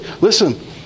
Listen